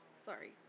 Sorry